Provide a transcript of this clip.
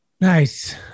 Nice